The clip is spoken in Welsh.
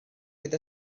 fydd